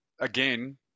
again